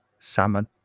Salmon